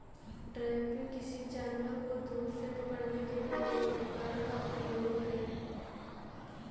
trapping, किसी जानवर को दूर से पकड़ने के लिए एक उपकरण का उपयोग है